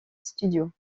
studios